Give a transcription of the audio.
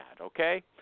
okay